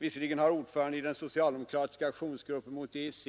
Visserligen har ordföranden i den socialdemokratiska aktionsgruppen mot EEC